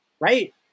right